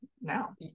now